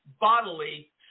bodily